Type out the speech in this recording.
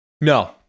No